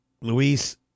Luis